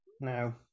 No